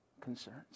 concerns